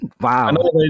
Wow